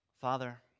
Father